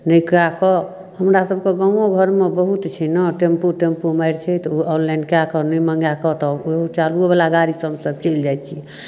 नहि कऽ कऽ हमरासभके गामोघरमे बहुत छै ने टेम्पू तेम्पू मारि छै तऽ ओ ऑनलाइन कऽ कऽ नहि मँगाकऽ तऽ चालुएवला गाड़ीसँ हमसभ चलि जाइ छिए